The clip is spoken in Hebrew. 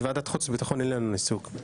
בוועדת חוץ וביטחון אין לנו ייצוג.